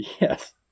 Yes